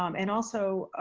um and also,